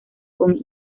con